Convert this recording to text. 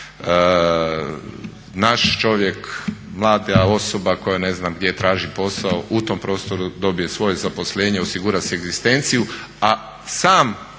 naš čovjek, mlada osoba koja ne znam gdje traži posao, u tom prostoru dobije svoje zaposlenje, osigura si egzistenciju a sam